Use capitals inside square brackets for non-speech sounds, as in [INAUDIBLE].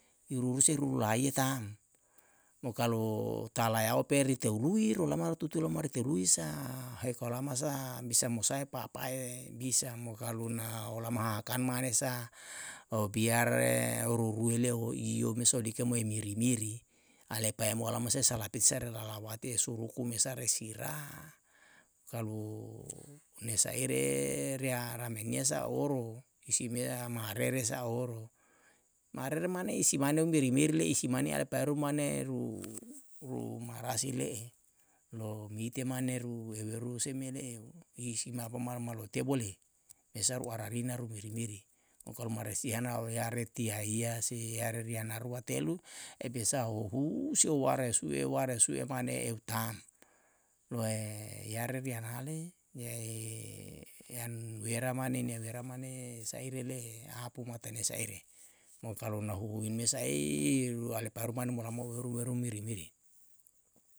I ruruse ru laie ta'm mo kalu talayao peri tehului rolama u tutui olama ri terui sa heka olama sa bisa mosae papae bisa mo kalu na olama hakan mane sa o biare ururue le'e hoiyo me sodike oemiri miri alepae mo olama sae salapiti sae rele lalawati e suruku mesa re sira kalu ne sa ire ria ra menia sa oro, i si miya marere sa oro, marere mane i si mane u miri miri le i si mane [UNINTELLIGIBLE] paeru mane ru marasi le'e. lo mite mane ru heweru se me le'eo i si mabo malo malotia boleh mesa ru ararina ru miri miri, mo kalu marasi heanao yare tiahiya si yare ri ana rua telu e bisa hohu si ware sue ware sue mane ehu ta'm. loe yare ri anale niyae [HESITATION] i an wera ni an wera mane saire le'e apu matane sa ere mo kalu na huhuin mesa ei [HESITATION] ru alepa rumane molama eru weru miri miri